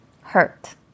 hurt